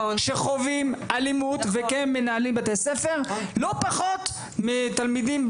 שחווים אלימות וכן מנהלים בתי ספר לא פחות מתלמידים,